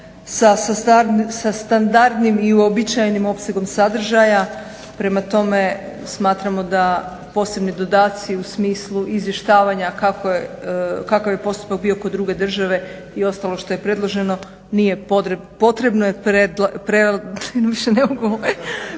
sa standardnim i uobičajenim opsegom sadržaja, prema tome smatramo da posebni dodaci u smislu izvještavanja kakav je postupak bio kod druge države i ostalo što je predloženo nije potrebno jer prelazi